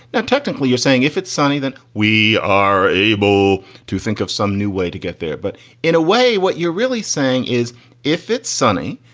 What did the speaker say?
technically, you're saying, if it's sunny, that we are able to think of some new way to get there. but in a way, what you're really saying is if it's sunny,